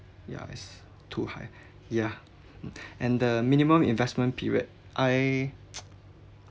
ya it's too high yeah mm and the minimum investment period I